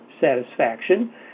satisfaction